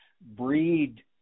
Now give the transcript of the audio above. breed